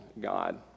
God